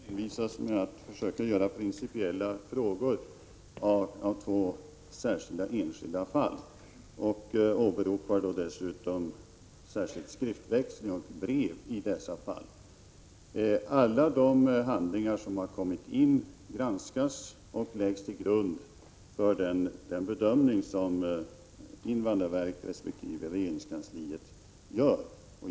Herr talman! Viola Claesson envisas med att försöka göra principiella frågor av två enskilda fall och åberopar dessutom särskild skriftväxling — vissa brev —- i dessa fall. Alla de handlingar som har kommit in granskas och läggs till grund för den bedömning som invandrarverket resp. regeringskansliet gör.